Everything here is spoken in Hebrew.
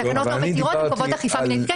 התקנות לא מתירות, הן קובעות אכיפה מינהלית.